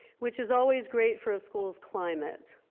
which is always great for a school's climate.